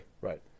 Right